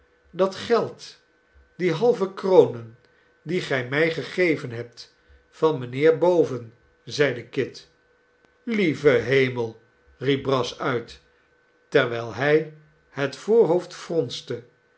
dat geld die halve kronen die gij mij gegeven hebt van mynheer boven zeide kit lieve hemel riep brass uit terwijl hij het voorhoofd